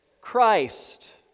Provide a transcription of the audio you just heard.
Christ